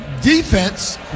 defense